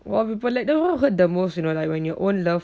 of all people like the one who hurt the most you know like when your own loved